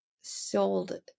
Sold